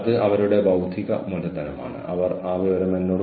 നമ്മൾ ആദ്യം video recording ഉപയോഗിച്ച് ആരംഭിച്ചു